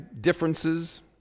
differences